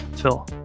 Phil